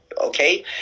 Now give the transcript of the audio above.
okay